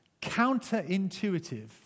counterintuitive